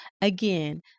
Again